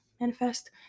manifest